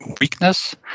weakness